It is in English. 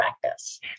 practice